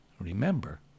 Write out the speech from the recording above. Remember